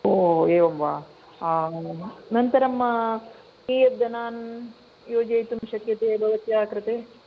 ओ एवं वा अनन्तरं कीयद् जनान् योजयितुं शक्यते भवत्याः कृते